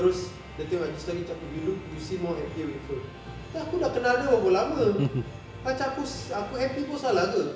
terus dia tengok I_G story macam eh you look you seem more happier with her tu aku dah kenal dia berapa lama macam aku aku happy pun salah ke